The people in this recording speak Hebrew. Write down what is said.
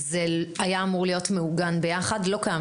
הם לא יודעים אם במשכורת של ה-1 במאי הם יוכלו